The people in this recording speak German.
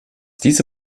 diese